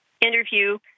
interview